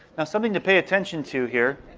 now something to pay attention to here